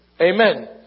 Amen